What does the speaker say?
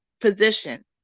position